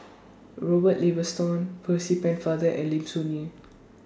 Robert Ibbetson Percy Pennefather and Lim Soo Ngee